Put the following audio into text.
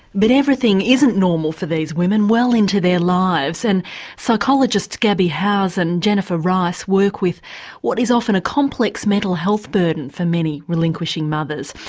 but everything isn't normal for these women, well into their lives, and psychologist gabby howse and jennifer rice work with what is often a complex mental health burden for many relinquishing mothers.